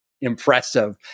impressive